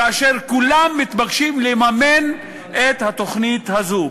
כאשר כולם מתבקשים לממן את התוכנית הזאת,